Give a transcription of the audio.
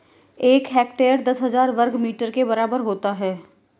एक हेक्टेयर दस हज़ार वर्ग मीटर के बराबर होता है